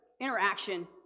interaction